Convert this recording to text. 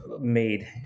made